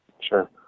Sure